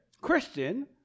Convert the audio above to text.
Christian